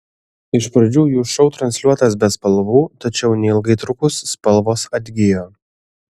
iš pradžių jų šou transliuotas be spalvų tačiau neilgai trukus spalvos atgijo